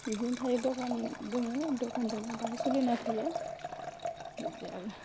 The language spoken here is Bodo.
बिदिनो थायो दखान दङ दखानजोंनो बाहाय सलिनाय फैयो बिदि आरो